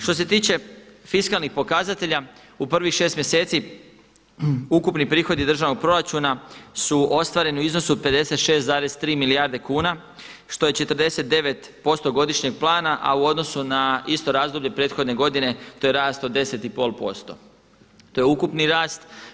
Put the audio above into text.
Što se tiče fiskalnih pokazatelja u prvih šest mjeseci ukupni prihodi državnog proračuna su ostvareni u iznosu od 56,3 milijarde kuna, što je 49% godišnjeg plana, a u odnosu na isto razdoblje prethodne godine to je rast od 10,5%, to je ukupni rast.